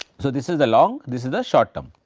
so this is the long, this is the short term.